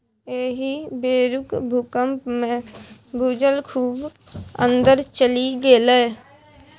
एहि बेरुक भूकंपमे भूजल खूब अंदर चलि गेलै